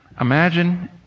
imagine